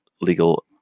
legal